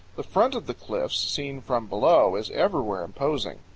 the front of the cliffs, seen from below, is everywhere imposing.